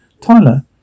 Tyler